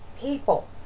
people